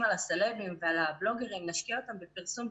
על הסלבים ועל הבלוגרים ונשקיע אותם בפרסום,